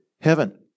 heaven